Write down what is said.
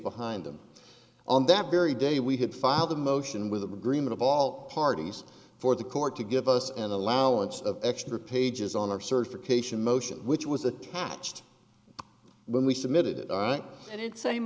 behind them on that very day we had filed a motion with agreement of all parties for the court to give us an allowance of extra pages on our certification motion which was attached when we submitted a